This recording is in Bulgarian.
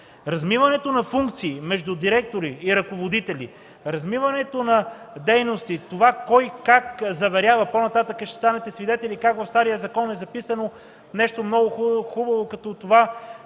Размиването на функциите между директори и ръководители, размиването на дейности кой как заверява (по-нататък ще станете свидетели как в стария закон е записано нещо много хубаво – че